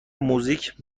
موزیک